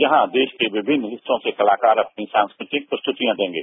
यहां देश के विभिन्न हिस्सों के कलाकार अपनी सांस्कृतिक प्रस्तृतियां देंगे